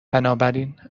بنابراین